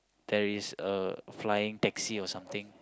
there is a flying taxi or something